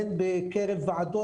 הן בקרב ועדות,